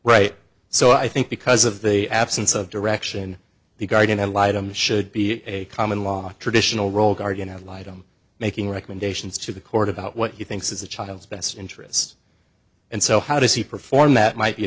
right so i think because of the absence of direction the guardian ad litum should be a common law traditional role guardian ad litum making recommendations to the court about what he thinks is the child's best interest and so how does he perform that might be a